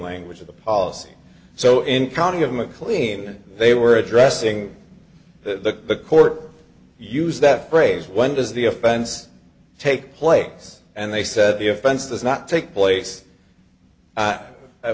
language of the policy so in county of mclean they were addressing the court use that phrase when does the offense take place and they said the offense does not take place